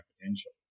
potential